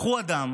לקחו אדם